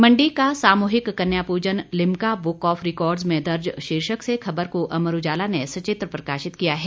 मंडी का सामूहिक कन्या पूजन लिम्का बुक ऑफ रिकॉर्डस में दर्ज शीर्षक से खबर को अमर उजाला ने सचित्र प्रकाशित किया है